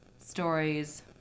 Stories